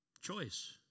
Choice